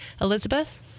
Elizabeth